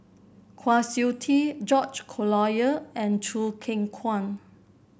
Kwa Siew Tee George Collyer and Choo Keng Kwang